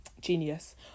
genius